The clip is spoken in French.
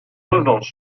revanche